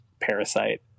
Parasite